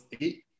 eight